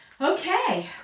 Okay